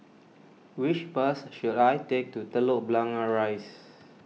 which bus should I take to Telok Blangah Rise